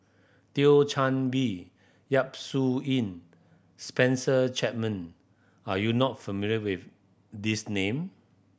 Thio Chan Bee Yap Su Yin Spencer Chapman are you not familiar with this name